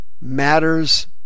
matters